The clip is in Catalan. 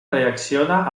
reacciona